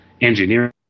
engineering